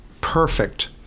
perfect